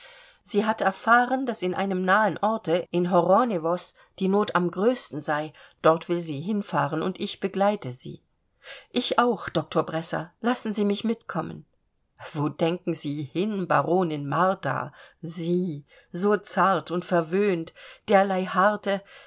sie hat erfahren daß in einem nahen orte in horonewos die not am größten sei dort will sie hinfahren und ich begleite sie ich auch doktor bresser lassen sie mich mitkommen wo denken sie hin baronin martha sie so zart und verwöhnt derlei harte